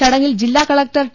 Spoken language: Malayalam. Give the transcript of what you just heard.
ചടങ്ങിൽ ജില്ലാ കലക്ടർ ടി